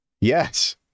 Yes